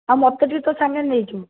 ଆଉ ମୋତେ ଟିକେ ତୋ ସାଙ୍ଗରେ ନେଇଯିବୁ